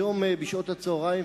היום בשעות הצהריים,